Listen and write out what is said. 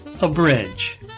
Abridge